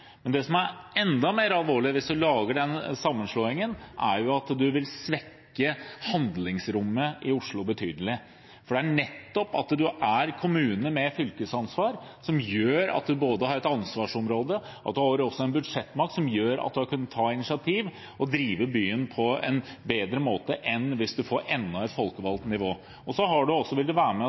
Det som er enda mer alvorlig hvis man foretar den sammenslåingen, er at man vil svekke handlingsrommet i Oslo betydelig. Nettopp det at man er en kommune med fylkesansvar, gjør at man både har et ansvarsområde og en budsjettmakt som gjør at man kan ta initiativ og drive byen på en bedre måte enn hvis man får enda et folkevalgt nivå. Og så vil det være med